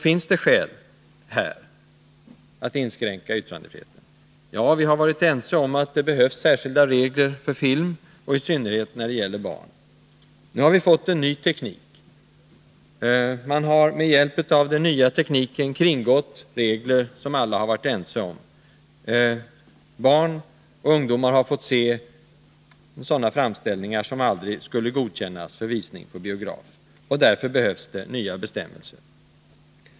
Finns det då här skäl att inskränka yttrandefriheten? Ja, vi har varit ense om att det behövs särskilda regler för film, i synnerhet när det gäller barn. Nu har vi fått en ny teknik. Man har med hjälp av den nya tekniken kringgått regler som vi alla har varit ense om. Barn och ungdomar har fått se framställningar, som aldrig skulle godkännas för visning på biograf, och därför behövs det nya bestämmelser.